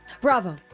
Bravo